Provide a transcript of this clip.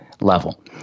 level